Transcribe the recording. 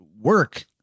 work